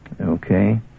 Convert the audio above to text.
Okay